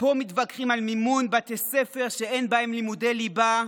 פה מתווכחים על מימון בתי ספר שאין בהם לימודי ליבה,